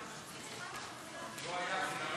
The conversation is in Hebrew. ההצעה